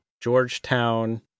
Georgetown